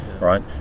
right